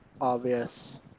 obvious